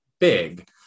big